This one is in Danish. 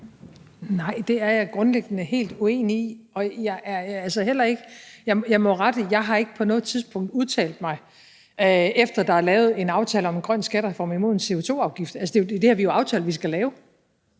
Nej, det er jeg grundlæggende helt uenig i, og jeg må komme med en rettelse, for jeg har ikke på noget tidspunkt udtalt mig, efter der er lavet en aftale om en grøn skattereform, imod en CO2-afgift. Altså, det har vi jo aftalt vi skal lave.